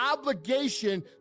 obligation